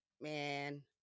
Man